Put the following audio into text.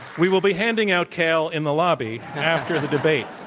we will be handing out kale in the lobby after the debate.